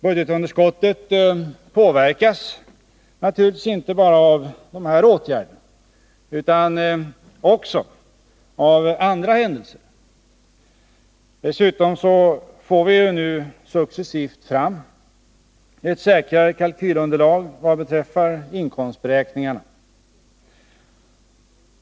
Budgetunderskottet påverkas naturligtvis inte bara av de nu aktuella åtgärderna utan också av andra händelser. Dessutom får vi successivt fram ett säkrare kalkylunderlag för inkomstberäkningarna.